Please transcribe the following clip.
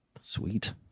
Sweet